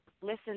listen